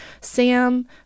Sam